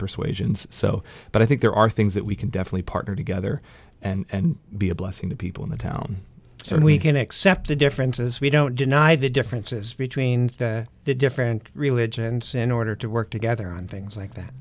persuasions so but i think there are things that we can definitely partner together and be a blessing to people in the town so we can accept the differences we don't deny the differences between the different religions in order to work together on things like that